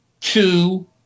two